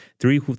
Three